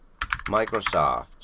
Microsoft